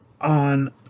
on